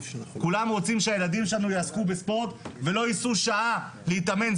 כולם רוצים שהילדים שלנו יעסקו בספורט ולא ייסעו שעה להתאמן.